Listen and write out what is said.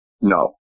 No